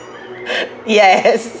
yes